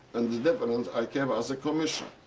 and the difference i kept as a commission.